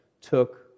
took